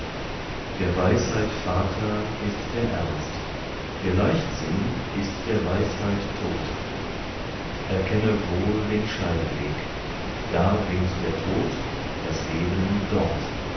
der weisheit vater ist der ernst der leichtsinn ist der weisheit tod erkenne wohl den scheideweg da winkt der tod das leben dort